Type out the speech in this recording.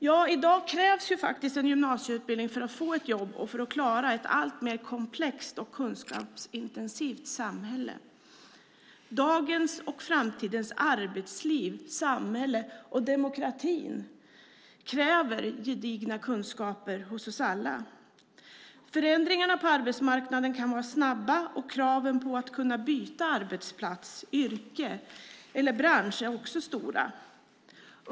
I dag krävs en gymnasieutbildning för att få ett jobb och för att klara ett allt mer komplext och kunskapsintensivt samhälle. Dagens och framtidens arbetsliv, samhälle och demokrati kräver gedigna kunskaper hos alla. Förändringarna på arbetsmarknaden kan vara snabba, och kraven på att kunna byta arbetsplats, yrke eller bransch är också stora.